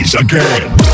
again